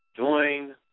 Join